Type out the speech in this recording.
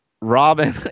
Robin